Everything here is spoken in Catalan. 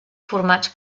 format